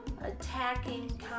attacking